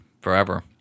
forever